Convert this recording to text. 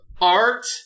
art